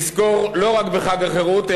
נזכור לא רק בחג החירות,